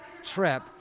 trip